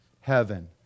heaven